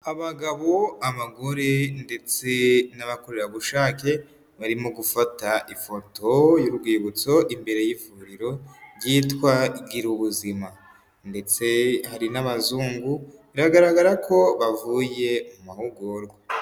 Abagabo, abagore ndetse n'abakorerabushake, barimo gufata ifoto y'urwibutso imbere y'ivuriro ryitwa Girubuzima ndetse hari n'abazungu, biragaragara ko bavuye mu mahugurwa.